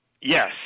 Yes